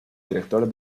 director